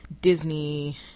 Disney